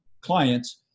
clients